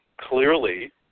clearly